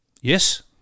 Yes